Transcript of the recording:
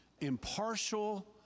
impartial